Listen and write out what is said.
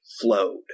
flowed